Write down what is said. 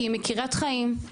כי היא מקריית חיים,